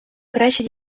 краще